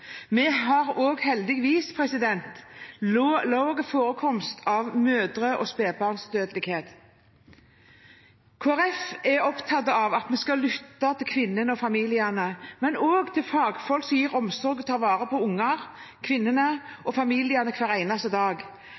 Vi har heldigvis også lav forekomst av mødre- og spedbarnsdødelighet. Kristelig Folkeparti er opptatt av at vi skal lytte til kvinnene og familiene, men også til fagfolk som gir omsorg og tar vare på ungene, kvinnene og familiene hver eneste dag.